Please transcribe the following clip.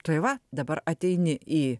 tai va dabar ateini į